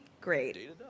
great